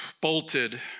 bolted